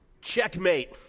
Checkmate